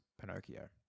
Pinocchio